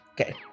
okay